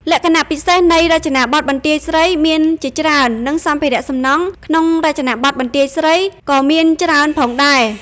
លក្ខណៈពិសេសនៃរចនាបថបន្ទាយស្រីមានជាច្រើន និងសម្ភារៈសំណង់ក្នុងរចនាបថបន្ទាយស្រីក្នុងរចនាបថបន្ទាយស្រីក៏មានច្រើនផងដែរ។